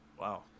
Wow